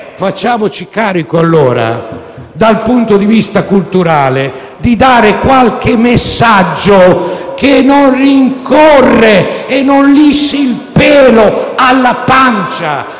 Facciamoci carico, allora, dal punto di vista culturale, di dare qualche messaggio che non rincorra e non lisci il pelo alla pancia,